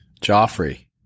Joffrey